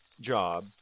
job